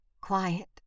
quiet